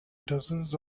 dozens